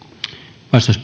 arvoisa